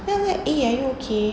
then like eh are you okay